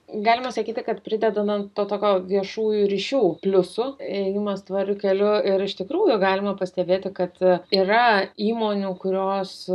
galima sakyti kad prideda na tokių viešųjų ryšių pliusų ėjimas tvariu keliu ir iš tikrųjų galima pastebėti kad yra įmonių kurios